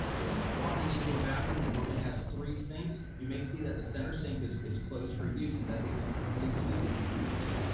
so in walking into a bathroom that normally has three sinks, you may see that the center sink is is closed for use and that the only two would be used.